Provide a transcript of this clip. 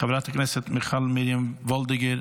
חברת הכנסת מיכל מרים וולדיגר,